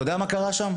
אתה יודע מה קרה שם?